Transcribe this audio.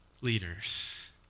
leaders